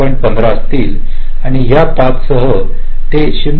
15 असतील आणि या पाथसह ते 1